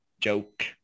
joke